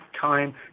time